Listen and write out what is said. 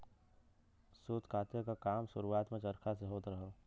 सूत काते क काम शुरुआत में चरखा से होत रहल